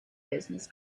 business